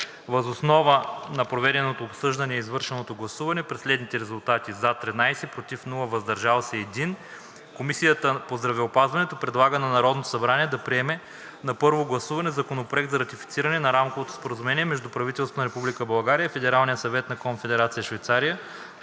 Въз основа на проведеното обсъждане и извършеното гласуване при следните резултати: „за“ – 13, без „против“, „въздържал се“ – 1, Комисията по здравеопазването предлага на Народното събрание да приеме на първо гласуване Законопроект за ратифициране на Рамковото споразумение между правителството на Република България и Федералния съвет на Конфедерация Швейцария